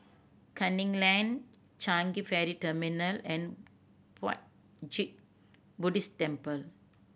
Canning Lane Changi Ferry Terminal and Puat Jit Buddhist Temple